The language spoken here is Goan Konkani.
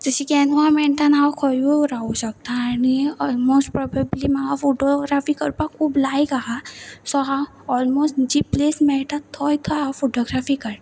जशें की एनवायरमेंटान हांव खंयूय रावूं शकता आनी ऑलमोस्ट प्रोबेब्ली म्हाका फोटोग्राफी करपाक खूब लायक आसा सो हांव ऑलमोस्ट जी प्लेस मेळटा थंय खंय हांव फोटोग्राफी कळटा